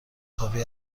کافی